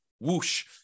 whoosh